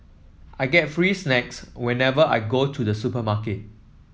I get free snacks whenever I go to the supermarket